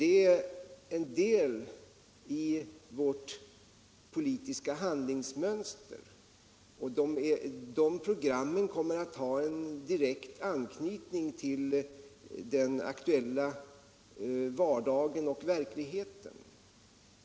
Detta är en del i vårt politiska handlingsmönster, och dessa program kommer att ha en direkt anknytning till den aktuella vardagen och verkligheten.